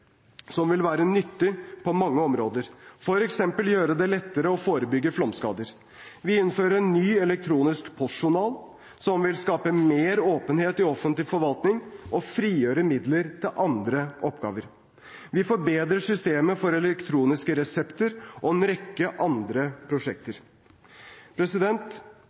som vil være nyttig på mange områder, f.eks. gjøre det lettere å forebygge flomskader. Vi innfører en ny elektronisk postjournal, som vil skape mer åpenhet i offentlig forvaltning og frigjøre midler til andre oppgaver. Vi forbedrer systemet for elektroniske resepter og en rekke andre prosjekter.